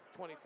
24